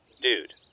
Dude